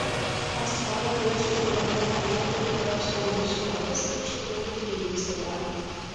atsistojo priešais raudonplaukę moterį ir apstulbo suvokęs kad ši ūgiu prilygsta jam